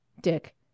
Dick